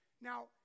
Now